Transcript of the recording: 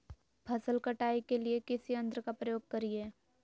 फसल कटाई के लिए किस यंत्र का प्रयोग करिये?